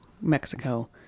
Mexico